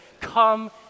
come